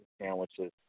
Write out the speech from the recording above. sandwiches